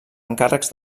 encàrrecs